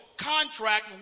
contract